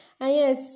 yes